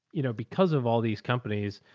you know, because of all these companies,